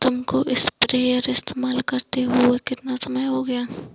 तुमको स्प्रेयर इस्तेमाल करते हुआ कितना समय हो गया है?